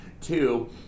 Two